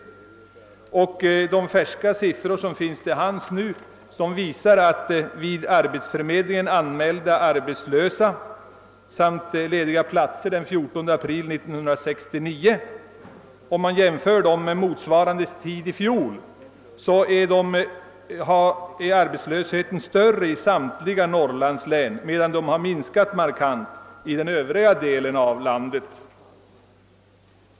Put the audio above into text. Om man jämför de färska siffror, som finns till hands beträffande vid arbetsförmedlingen anmälda arbetslösa den 14 april 1969, med motsvarande siffror i fjol visar det sig, att arbetslösheten är större i samtliga norrlandslän, medan densamma har minskat markant i den övriga delen av landet.